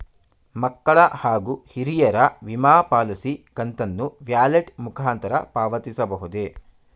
ಮಕ್ಕಳ ಹಾಗೂ ಹಿರಿಯರ ವಿಮಾ ಪಾಲಿಸಿ ಕಂತನ್ನು ವ್ಯಾಲೆಟ್ ಮುಖಾಂತರ ಪಾವತಿಸಬಹುದೇ?